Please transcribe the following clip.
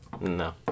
No